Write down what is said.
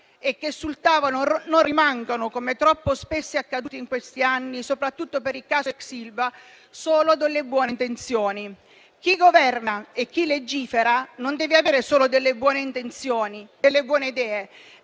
e che sul tavolo non rimangano, come troppo spesso accaduto in questi anni, soprattutto per il caso ex Ilva, solo delle buone intenzioni. Chi governa e chi legifera deve avere non solo delle buone intenzioni, delle buone idee,